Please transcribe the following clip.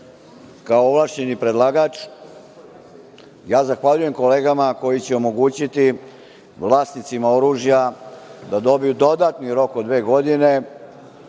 kao ovlašćeni predlagač zahvaljujem kolegama koji će omogućiti vlasnicima oružja da dobiju dodatni rok od dve godine,